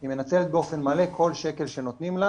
היא מנצלת באופן מלא כל שקל שנותנים לה